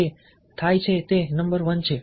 જે થાય છે તે નંબર વન છે